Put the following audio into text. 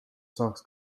saaks